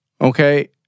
Okay